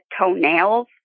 toenails